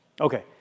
Okay